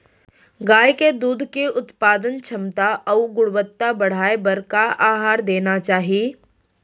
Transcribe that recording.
गाय के दूध के उत्पादन क्षमता अऊ गुणवत्ता बढ़ाये बर का आहार देना चाही?